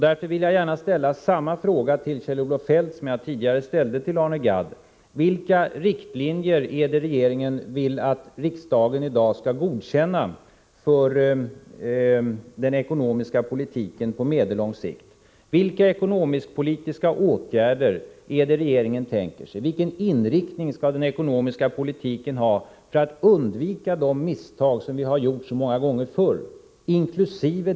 Därför vill jag gärna ställa samma fråga till Kjell-Olof Feldt som jag tidigare ställde till Arne Gadd: Vilka riktlinjer vill regeringen att riksdagen i dag skall godkänna för den ekonomiska politiken Nr 49 på medellång sikt? Vilka ekonomisk-politiska åtgärder tänker sig regeringen? Vilken inriktning skall den ekonomiska politiken ha för att vi skall undvika de misstag som vi har gjort så många gånger förr, inkl.